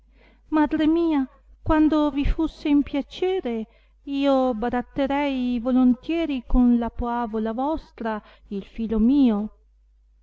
madre mia quando vi fusse in piacere io baratterei volontieri con la poavola vostra il filo mio